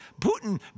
Putin